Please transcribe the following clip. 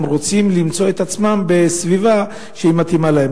הם רוצים למצוא את עצמם בסביבה שהיא מתאימה להם.